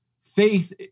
faith